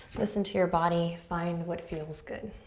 listen to your body. find what feels good.